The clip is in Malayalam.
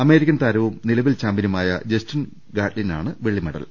അമേരിക്കൻ താരവും നിലവിൽ ചാമ്പ്യ നുമായ ജസ്റ്റിൻ ഗാട്ലിനാണ് വെള്ളിമെഡൽ